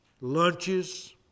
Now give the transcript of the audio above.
Lunches